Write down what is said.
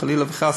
חלילה וחס,